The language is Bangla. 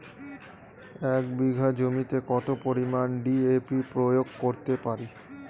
এক বিঘা জমিতে কত পরিমান ডি.এ.পি প্রয়োগ করতে পারি?